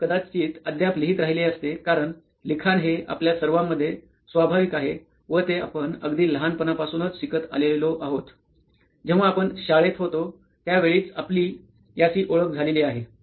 लोक कदाचित अद्याप लिहीत राहिले असते कारण लिखाण हे आपल्या सर्वांमधे स्वाभाविक आहे व ते आपण अगदी लहानपानपासूनच शिकत आलेलो आहोत जेव्हा आपण शाळेत होतो त्या वेळीच आपली याशी ओळख झालेली आहे